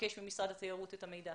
תבקש ממשרד התיירות את המידע.